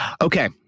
Okay